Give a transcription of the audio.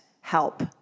help